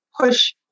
push